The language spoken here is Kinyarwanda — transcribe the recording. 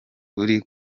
uri